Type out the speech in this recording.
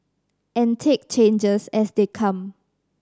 and take changes as they come